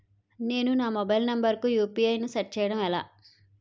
నేను నా mobile number కుయు.పి.ఐ ను సెట్ చేయడం ఎలా?